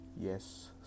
yes